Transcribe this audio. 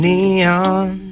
Neon